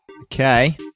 Okay